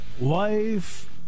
Life